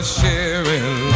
sharing